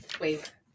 Wave